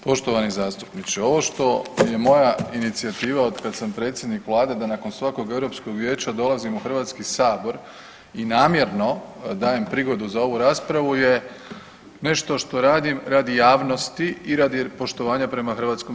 Poštovani zastupniče, ovo što je moja inicijativa otkad sam predsjednik vlade da nakon svakog Europskog vijeća dolazim u HS i namjerno dajem prigodu za ovu raspravu je nešto što radim radi javnosti i radi poštovanja prema HS.